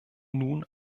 nun